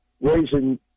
raising